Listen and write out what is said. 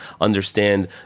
understand